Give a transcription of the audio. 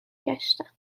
گشتم